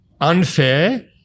Unfair